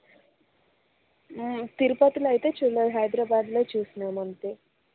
తిరుపతిలో అయితే చూడలేదు హైదరాబాద్లో చూసినాను అంతే